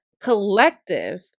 collective